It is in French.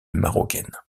marocaine